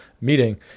meeting